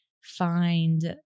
find